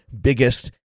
biggest